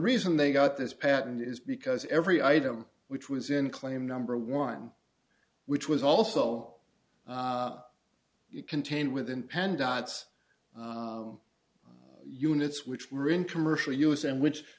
reason they got this patent is because every item which was in claim number one which was also contained within penn dots units which were in commercial use and which